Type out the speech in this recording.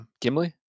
Gimli